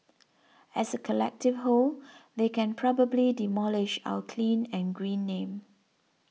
as a collective whole they can probably demolish our clean and green name